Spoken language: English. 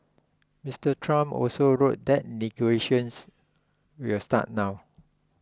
Mr Trump also wrote that negotiations will start now